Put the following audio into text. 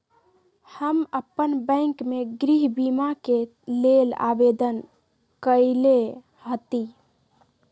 हम अप्पन बैंक में गृह बीमा के लेल आवेदन कएले हति